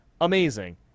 amazing